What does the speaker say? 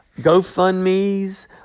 GoFundMes